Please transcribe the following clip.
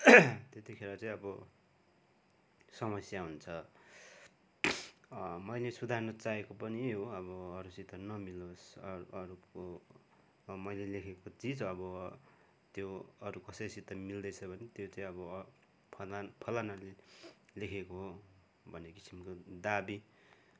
त्यत्तिखेर चाहिँ अब समस्या हुन्छ मैले सुधार्नु चाहेको पनि हो अब अरूसित नमिलोस् अरू अरूको मैले लेखेको चिज अब त्यो अरू कसैसित मिल्दैछ भने त्यो चाहिँ अब फला फलानोले लेखेको हो भन्ने किसिमको दाबी